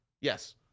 Yes